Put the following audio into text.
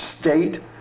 state